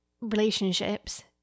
relationships